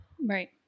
Right